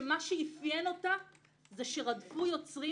שמה שאפיין אותה זה שרדפו יוצרים?